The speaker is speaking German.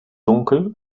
dunkel